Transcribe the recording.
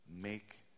Make